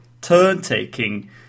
turn-taking